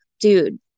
dude